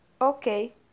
okay